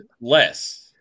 less